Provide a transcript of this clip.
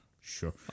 Sure